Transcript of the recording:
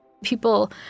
People